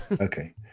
okay